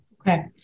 Okay